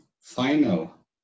final